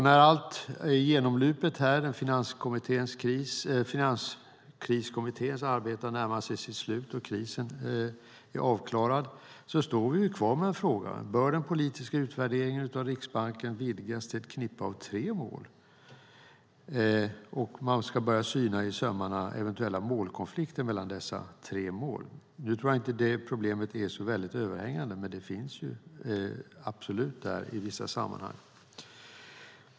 När Finanskriskommitténs arbete närmar sig sitt slut och krisen är avklarad står vi kvar med frågan: Bör den politiska utvärderingen av Riksbanken vidgas till tre mål? Ska man börja syna eventuella målkonflikter mellan dessa tre mål i sömmarna? Jag tror inte att risken är överhängande, men den finns i vissa sammanhang.